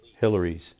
Hillary's